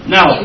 Now